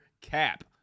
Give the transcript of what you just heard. cap